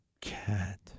cat